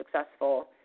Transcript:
successful